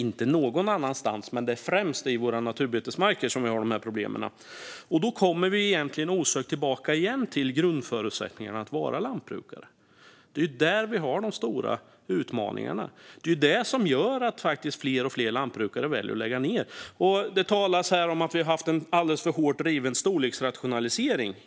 Inte ingen annanstans, men det är främst i våra naturbetesmarker som vi har de här problemen. Då kommer vi osökt tillbaka till grundförutsättningarna för att vara lantbrukare. Det är där vi har de stora utmaningarna. Det är det som gör att fler och fler lantbrukare väljer att lägga ned. Det talas här om att vi haft en alldeles för hårt driven storleksrationalisering.